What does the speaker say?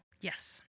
Yes